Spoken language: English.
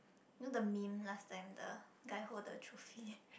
you know the meme last time the guy hold the trophy